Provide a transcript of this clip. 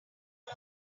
all